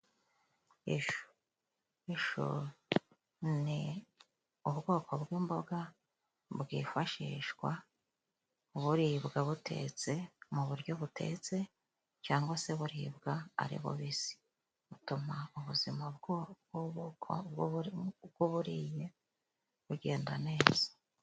Ishu. Ishu ni ubwoko bw'imboga bwifashishwa buribwa butetse, mu buryo butetse cyangwa se buribwa ari bubisi. Butuma ubuzimako bw'uburiye bugenda neza.